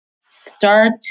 start